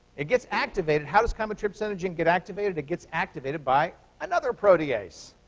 it gets activated. how does chymotrypsinogen get activated? it gets activated by another protease.